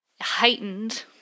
heightened